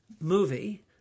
movie